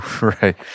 right